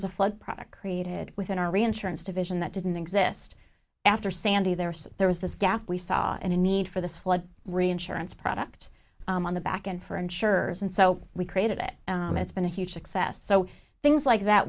was a flood product created within our reinsurance division that didn't exist after sandy there so there was this gap we saw and a need for this flood reinsurance product on the back end for insurers and so we created it and it's been a huge success so things like that